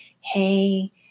Hey